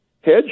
hedge